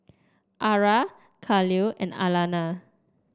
ara Kahlil and Alana